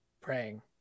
praying